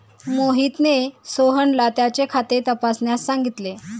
मोहितने सोहनला त्याचे खाते तपासण्यास सांगितले